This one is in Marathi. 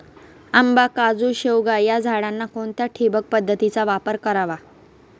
आंबा, काजू, शेवगा या झाडांना कोणत्या ठिबक पद्धतीचा वापर करावा?